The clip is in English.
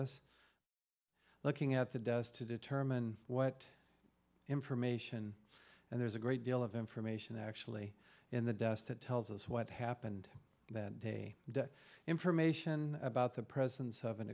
us looking at the dust to determine what information and there's a great deal of information actually in the desk that tells us what happened that day that information about the presence of an